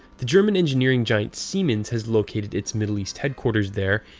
the german engineering giant siemens has located its middle east headquarters there,